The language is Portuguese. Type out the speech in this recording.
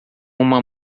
uma